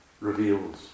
reveals